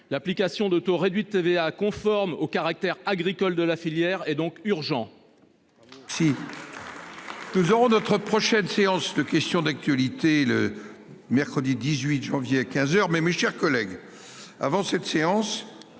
l'application de taux réduits de TVA conforme au caractère agricole de la filière et donc urgent.